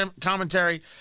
commentary